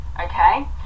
Okay